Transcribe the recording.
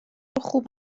خوب